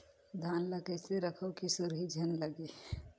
धान ल कइसे रखव कि सुरही झन लगे?